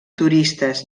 turistes